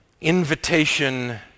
invitation